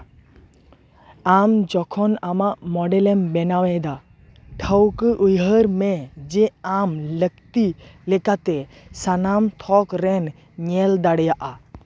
ᱟᱢ ᱡᱚᱠᱷᱚᱱ ᱟᱢᱟᱜ ᱢᱳᱰᱮᱞ ᱮᱢ ᱵᱮᱱᱟᱣ ᱮᱫᱟ ᱴᱷᱟᱹᱣᱠᱟᱹ ᱩᱭᱦᱟᱹᱨ ᱢᱮ ᱡᱮ ᱟᱢ ᱞᱟᱹᱠᱛᱤ ᱞᱮᱠᱟᱛᱮ ᱥᱟᱱᱟᱢ ᱛᱷᱚᱠ ᱨᱮᱢ ᱧᱮᱞ ᱫᱟᱲᱮᱭᱟᱜᱼᱟ